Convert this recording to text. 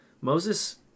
Moses